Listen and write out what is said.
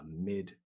mid